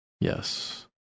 Yes